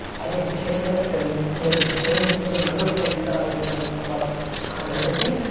i think pinterest and promoted pins is another place that i would spend a ton of like time and energy.